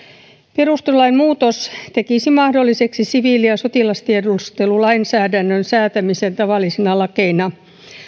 perustuslain muutos tekisi mahdolliseksi siviili ja sotilastiedustelulainsäädännön säätämisen tavallisina lakeina